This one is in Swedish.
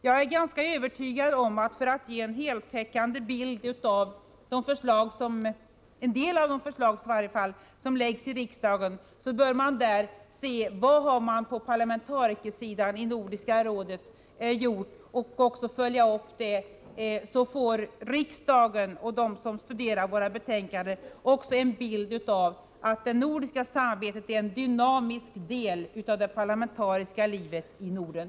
Jag är övertygad om att vi för att få en heltäckande bild av i varje fall en del av de reformer och åtgärder som föreslås riksdagen bör få veta vad parlamentarikerna i Nordiska rådet gjort på resp. områden. Därigenom får riksdagens ledamöter och andra som studerar våra betänkanden klart för sig att det nordiska samarbetet är en dynamisk del av det parlamentariska livet i Norden.